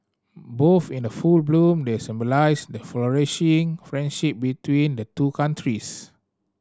both in the full bloom they symbolise the flourishing friendship between the two countries